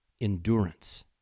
endurance